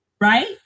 right